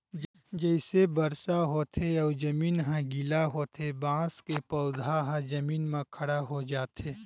जइसे बरसा होथे अउ जमीन ह गिल्ला होथे बांस के पउधा ह जमीन म खड़ा हो जाथे